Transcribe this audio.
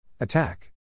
Attack